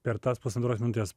per tas pusantros minutės